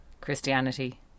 Christianity